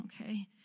okay